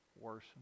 worse